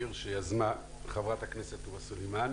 ח"כ תומא סלימאן